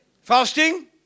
Fasting